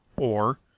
or,